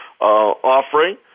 offering